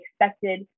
expected